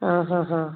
ആ ഹാ ഹാ